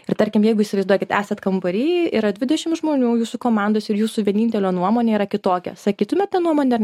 ir tarkim jeigu įsivaizduokit esat kambary yra dvidešim žmonių jūsų komandos ir jūsų vienintelio nuomonė yra kitokia sakytumėt tą nuomonę ar